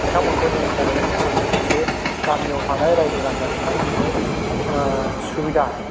बिथांमोनखौ जों खावलायदों लोगोसे गामियाव थानाय रायजो राजा बिथांमोनखौ सुबिदा